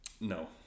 No